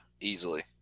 easily